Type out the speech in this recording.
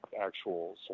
actual